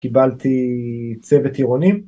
‫קיבלתי צוות טירונים.